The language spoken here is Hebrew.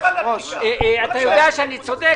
אתה יודע שאני צודק,